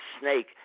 snake